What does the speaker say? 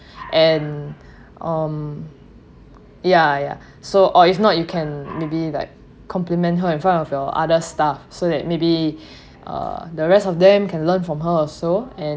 and um yeah yeah so or if not you can maybe like compliment her in front of your other staff so that maybe uh the rest of them can learn from her also and